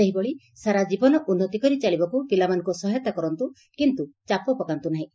ସେହିଭଳି ସାରାଜୀବନ ଉନୃତି କରି ଚାଲିବାକୁ ପିଲାମାନଙ୍ଙୁ ସହାୟତା କରନ୍ତୁ କିନ୍ତୁ ଚାପ ପକାନ୍ତୁ ନାହିଁ